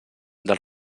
del